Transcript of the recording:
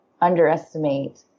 underestimate